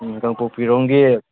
ꯎꯝ ꯀꯥꯡꯄꯣꯛꯄꯤꯔꯣꯝꯒꯤ